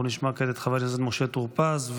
אנחנו נשמע כעת את חבר הכנסת משה טור פז,